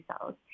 cells